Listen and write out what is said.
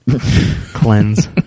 cleanse